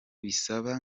bisaba